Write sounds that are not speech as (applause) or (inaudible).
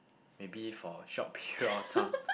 maybe for short (breath) period of time